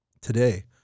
today